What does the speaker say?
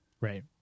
Right